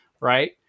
Right